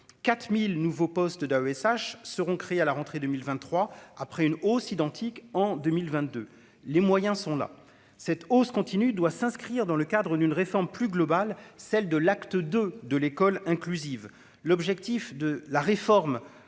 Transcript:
4000 nouveaux postes d'AESH seront créés à la rentrée 2023, après une hausse identique en 2022, les moyens sont là, cette hausse continue doit s'inscrire dans le cadre d'une réforme plus globale, celle de l'acte de de l'école inclusive, l'objectif de la réforme